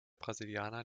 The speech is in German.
brasilianer